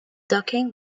ducking